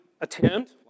attempt